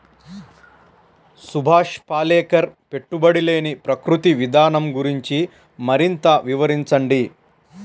సుభాష్ పాలేకర్ పెట్టుబడి లేని ప్రకృతి విధానం గురించి మరింత వివరించండి